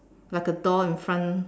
like a door in front